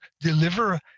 deliver